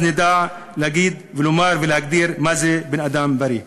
אז נדע לומר ולהגדיר מה זה בן-אדם בריא.